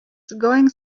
going